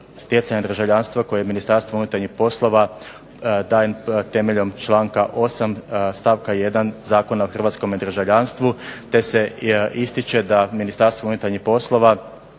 stjecanja državljanstva koje Ministarstvo unutarnjih poslova daje temeljem članka 8. stavka 1. Zakona o hrvatskome državljanstvu, te se ističe da Ministarstvo unutarnjih poslova